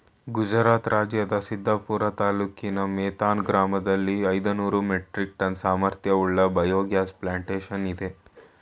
ಗುಜರಾತ್ ರಾಜ್ಯದ ಸಿದ್ಪುರ ತಾಲೂಕಿನ ಮೇಥಾನ್ ಗ್ರಾಮದಲ್ಲಿ ಐದುನೂರು ಮೆಟ್ರಿಕ್ ಟನ್ ಸಾಮರ್ಥ್ಯವುಳ್ಳ ಬಯೋಗ್ಯಾಸ್ ಪ್ಲಾಂಟೇಶನ್ ಇದೆ